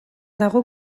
dago